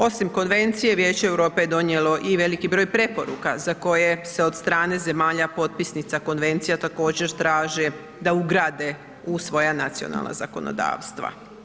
Osim konvencije, Vijeće Europe je donijelo i veliki broj preporuka za koje se od strane zemalja potpisnica konvencija također traže da ugrade u svoja nacionalna zakonodavstva.